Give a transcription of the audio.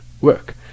work